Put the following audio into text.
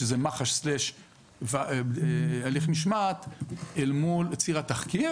שזה מח"ש / הליך משמעת מול ציר התחקיר,